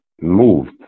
moved